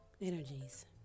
energies